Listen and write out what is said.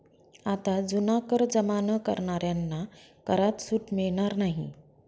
आता जुना कर जमा न करणाऱ्यांना करात सूट मिळणार नाही